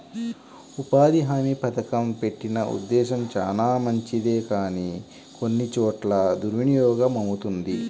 ఉపాధి హామీ పథకం పెట్టిన ఉద్దేశం చానా మంచిదే కానీ కొన్ని చోట్ల దుర్వినియోగమవుతుంది